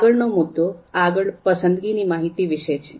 આગળનો મુદ્દો અલગ પસંદગીની માહિતી વિશે છે